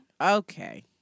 Okay